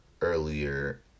earlier